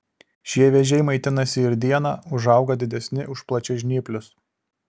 šie vėžiai maitinasi ir dieną užauga didesni už plačiažnyplius